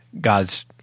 God's